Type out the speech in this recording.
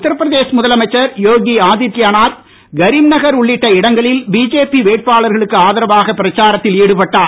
உத்திரப்பிரதேஷ் முதலமைச்சர் யோகி ஆதித்யநாத் கரிம்நகர் உள்ளிட்ட இடங்களில் பிஜேபி வேட்பாளர்களுக்கு ஆதரவாக பிரச்சாரத்தில் ஈடுபட்டார்